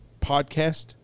podcast